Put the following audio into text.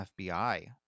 FBI